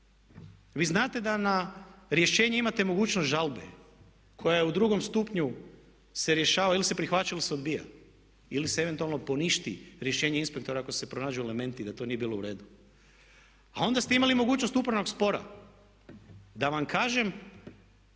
Vi znate da na rješenje imate mogućnost žalbe koja je u drugom stupnju se rješava, ili se prihvaća ili se odbija ili se eventualno poništi rješenje inspektora ako se pronađu elementi da to nije bilo u redu. A onda ste imali mogućnost upravnog spora. Da vam kažem